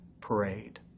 parade